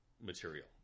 material